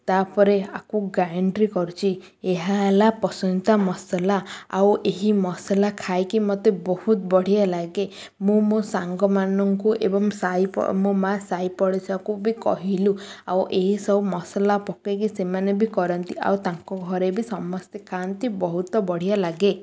ତା'ପରେ ଆକୁ ଗ୍ରାଇଣ୍ଡ କରୁଛି ଏହା ହେଲା ପସନିତା ମସଲା ଆଉ ଏହି ମସଲା ଖାଇକି ମୋତେ ବହୁତ ବଢ଼ିଆ ଲାଗେ ମୁଁ ମୋ ସାଙ୍ଗମାନଙ୍କୁ ଏବଂ ମୋ ମା' ସାଇ ପଡ଼ିଶାକୁ ବି କହିଲୁ ଆଉ ଏହି ସବୁ ମସଲା ପକାଇକି ସେମାନେ ବି କରନ୍ତି ଆଉ ତାଙ୍କ ଘରେ ବି ସମସ୍ତେ ଖାଆନ୍ତି ବହୁତ ବଢ଼ିଆ ଲାଗେ